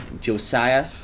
Josiah